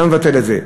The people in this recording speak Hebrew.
אתה מבטל את זה.